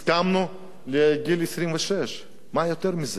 הסכמנו לגיל 26. מה יותר מזה?